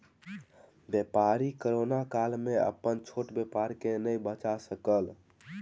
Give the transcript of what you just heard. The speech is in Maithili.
व्यापारी कोरोना काल में अपन छोट व्यापार के नै बचा सकल